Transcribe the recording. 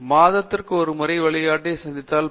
மாதத்திற்கு ஒரு முறை வழிகாட்டியை சந்தித்தால் போதும்